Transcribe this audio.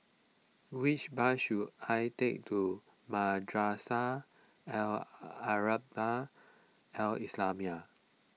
which bus should I take to Madrasah Al Arabiah Al Islamiah